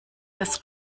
das